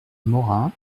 morin